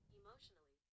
emotionally